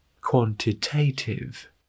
quantitative